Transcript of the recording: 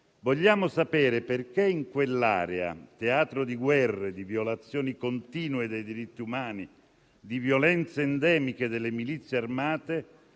Vogliamo sapere perché in quell'area, teatro di guerre, di violazioni continue dei diritti umani, di violenze endemiche delle milizie armate,